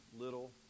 little